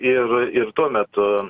ir ir tuo metu